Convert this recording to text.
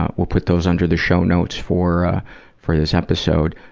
ah we'll put those under the show notes for ah for this episode.